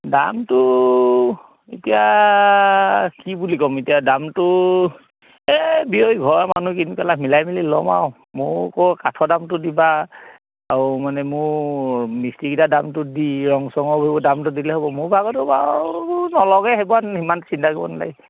দামটো এতিয়া কি বুলি ক'ম এতিয়া দামটো এই বিয়ৈ ঘৰৰে মানুহ কিনপেলাই মিলাই মেলি ল'ম আৰু মোকো কাঠৰ দামটো দিবা আৰু মানে মোৰ মিস্ত্ৰীকেইটা দামটো দি ৰং চঙৰ সেইবোৰ দামটো দিলেই হ'ব মোৰ ভাগৰটো বাৰু নলওগৈ সেইবোৰ আৰু সিমান চিন্তা কৰিব নালাগে